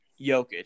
Jokic